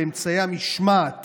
לאמצעי המשמעת